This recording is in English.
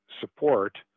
support